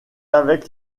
avec